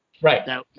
Right